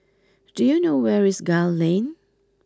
do you know where is Gul Lane